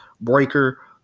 Breaker